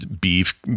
beef